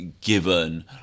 given